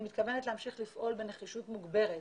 אני מתכוונת להמשיך לפעול בנחישות מוגברת.